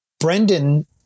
Brendan